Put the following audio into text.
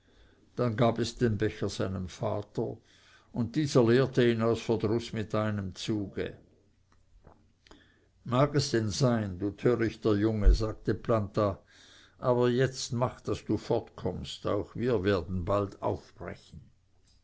dann gab es den becher seinem vater und dieser leerte ihn aus verdruß mit einem zuge mag es denn sein du törichter junge sagte planta aber jetzt mach daß du fortkommst auch wir werden bald aufbrechen